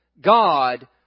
God